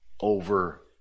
over